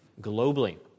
globally